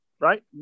right